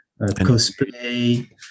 cosplay